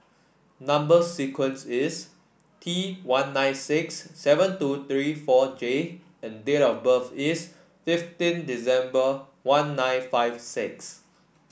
number sequence is T one nine six seven two three four J and date of birth is fifteen December one nine five six